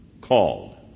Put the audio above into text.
called